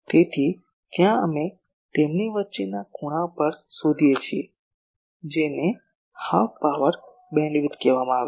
તેથી ત્યાં અમે તેમની વચ્ચેના ખૂણા પર શોધીએ છીએ જેને હાફ પાવર બીમવિડ્થ કહેવામાં આવે છે